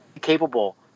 capable